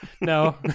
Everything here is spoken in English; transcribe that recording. No